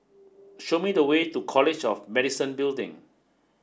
show me the way to College of Medicine Building